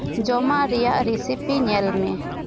ᱡᱚᱢᱟᱜ ᱨᱮᱭᱟᱜ ᱨᱤᱥᱤᱯᱤ ᱧᱮᱞ ᱢᱮ